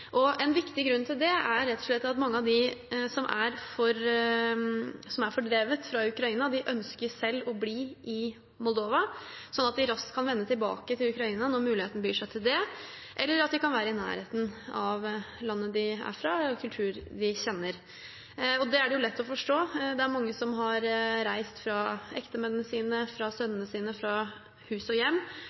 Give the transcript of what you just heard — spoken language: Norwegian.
En viktig grunn til det er rett og slett at mange av dem som er fordrevet fra Ukraina, selv ønsker å bli i Moldova, slik at de raskt kan vende tilbake til Ukraina når muligheten byr seg til det, eller at de kan være i nærheten av landet de er fra og kulturen de kjenner. Og det er det jo lett å forstå. Det er mange som har reist fra ektemannen sin, fra sønnene sine, fra hus og hjem,